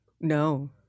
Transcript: No